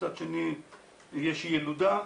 מצד שני יש ילודה.